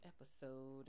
episode